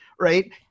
right